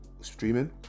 streaming